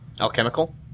Alchemical